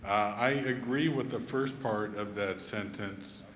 i agree with the first part of that sentence,